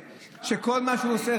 שכל מה שהוא עושה,